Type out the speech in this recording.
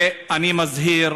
ואני מזהיר: